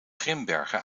grimbergen